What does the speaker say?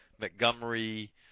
Montgomery